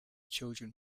children